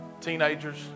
teenagers